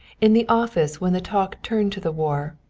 in the office when the talk turned to the war,